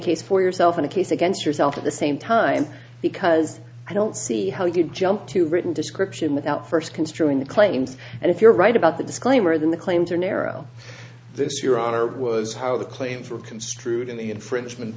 case for yourself in a case against yourself at the same time because i don't see how you jump to written description without first construing the claims and if you're right about the disclaimer then the claims are narrow this your honor was how the claim for construed in the infringement